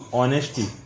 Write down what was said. honesty